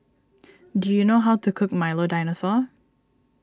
do you know how to cook Milo Dinosaur